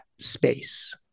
space